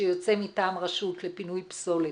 שיוצא מטעם רשות לפינוי פסולת,